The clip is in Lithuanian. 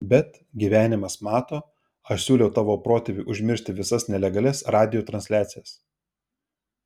bet gyvenimas mato aš siūliau tavo protėviui užmiršti visas nelegalias radijo transliacijas